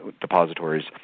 depositories